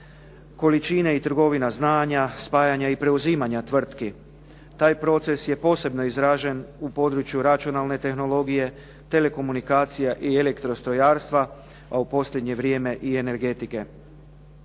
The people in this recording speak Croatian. količine i trgovina znanja, spajanja i preuzimanja tvrtki. Taj proces je posebno izražen u području računalne tehnologije, telekomunikacija i elektrostrojarstva a u posljednje vrijeme i energetike.